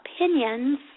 opinions